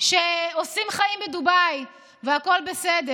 שעושים חיים בדובאי והכול בסדר.